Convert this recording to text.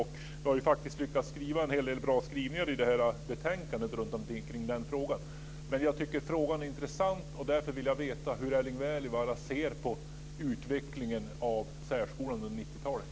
Vi har också lyckats formulera en hel del bra skrivningar i betänkandet kring den här frågan. Jag undrar hur Erling Wälivaara ser på utvecklingen av särskolan under 90-talet.